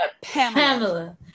Pamela